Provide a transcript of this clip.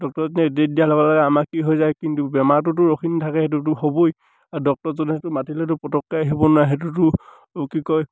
ডক্টৰজনে date দিয়াৰ লগে লগে আমাৰ কি হৈ যায় কিন্তু বেমাৰটোতো ৰখি নাথাকে সেইটোতো হ'বই আৰু ডক্তৰজনে সেইটো মাতিলেতো পতককৈ আহিব নোৱাৰে সেইটোতো কি কয়